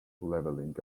leveling